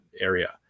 area